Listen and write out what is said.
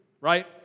right